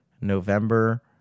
November